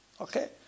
Okay